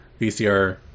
VCR